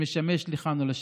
שמשמש לכאן או לשם.